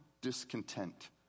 discontent